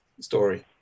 story